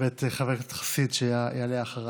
ואת חבר הכנסת חסיד, שיעלה אחריי.